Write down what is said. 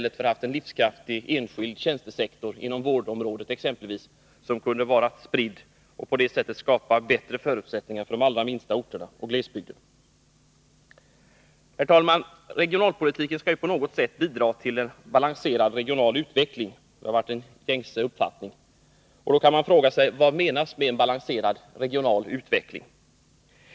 En livskraftig enskild tjänstesektor inom exempelvis vårdområdet skulle kunna vara spridd över länet och på det sättet skapa bättre förutsättningar för de allra minsta orterna i glesbygden. Herr talman! Regionalpolitiken skall på något sätt bidra till en balanserad regional utveckling, det har varit en gängse uppfattning. Vad menas då med en balanserad regional utveckling?